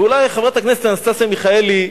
אולי חברת הכנסת אנסטסיה מיכאלי,